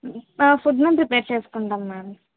food మేము prepare చేసుకుంటాము madam